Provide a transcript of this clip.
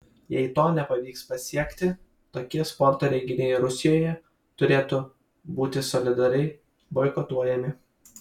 jei to nepavyks pasiekti tokie sporto renginiai rusijoje turėtų būti solidariai boikotuojami